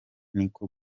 niko